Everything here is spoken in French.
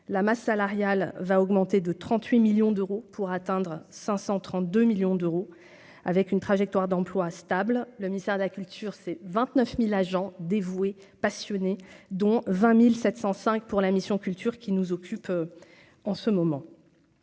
la masse salariale va augmenter de 38 millions d'euros pour atteindre 532 millions d'euros avec une trajectoire d'emplois stable, le ministère de la culture, c'est 29000 agents dévouée passionnée dont 20705 pour la mission culture qui nous occupe en ce moment